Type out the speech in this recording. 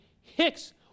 Hicks